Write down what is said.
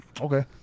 Okay